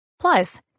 Plus